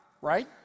right